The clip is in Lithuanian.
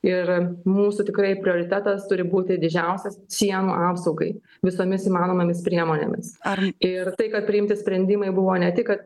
ir mūsų tikrai prioritetas turi būti didžiausias sienų apsaugai visomis įmanomomis priemonėmis ar ir tai kad priimti sprendimai buvo ne tik kad